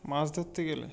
মাছ ধরতে গেলে